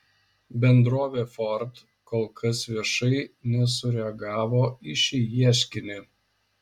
bendrovė ford kol kas viešai nesureagavo į šį ieškinį